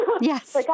Yes